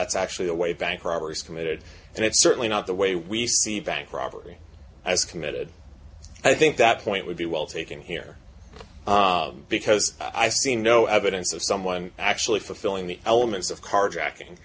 that's actually the way bank robber is committed and it's certainly not the way we see bank robbery as committed i think that point would be well taken here because i see no evidence of someone actually fulfilling the elements of carjacking